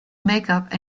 makeup